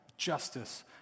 justice